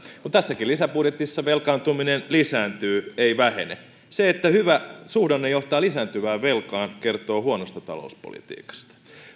tässäkin lisäbudjetissa velkaantuminen lisääntyy ei vähene se että hyvä suhdanne johtaa lisääntyvään velkaan kertoo huonosta talouspolitiikasta